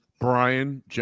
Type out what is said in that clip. Brian